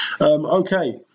Okay